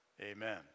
Amen